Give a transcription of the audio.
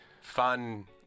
fun